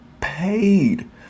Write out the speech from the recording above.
paid